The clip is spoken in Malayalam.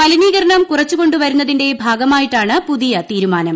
മലിനീകരണം കുറച്ചുകൊണ്ടുവരുന്നതിന്റെ ഭാഗമായിട്ടാണ് പുതിയ തീരുമാനം